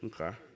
okay